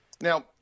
Now